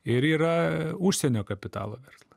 ir yra užsienio kapitalo versla